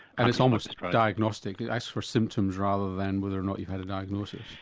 and it's almost diagnostic, it asks for symptoms rather than whether or not you've had a diagnosis.